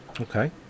Okay